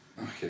Okay